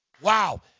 wow